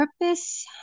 purpose